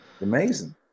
amazing